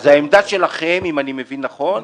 אז העמדה שלכם, אם אני מבין נכון,